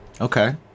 Okay